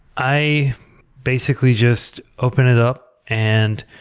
i basically just open it up and